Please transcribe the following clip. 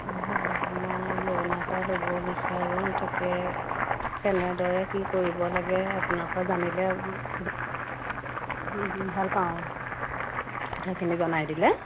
অ হয় মই ল'ন এটা ল'ব বিচাৰোঁ তাকে কেনেদৰে কি কৰিব লাগে আপোনাৰ পৰা জানিলে বা ভাল পাওঁ কথাখিনি জনাই দিলে